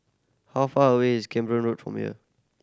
how far away is Camborne Road from here